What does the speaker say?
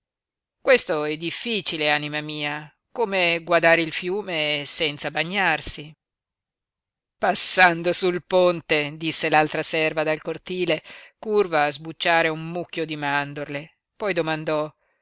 questo è difficile anima mia come guadare il fiume senza bagnarsi passando sul ponte disse l'altra serva dal cortile curva a sbucciare un mucchio di mandorle poi domandò